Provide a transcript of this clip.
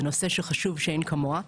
זה נושא חשוב מאין כמוהו.